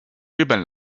日本